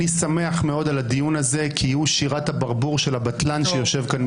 הם אלה שלא מסוגלים לנצח את היריב הפוליטי שלהם בקלפי ומביאים